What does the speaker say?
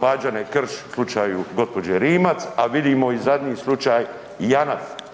Pađene Krš, slučaju gđe. Rimac, a vidimo i zadnji slučaj, JANAF.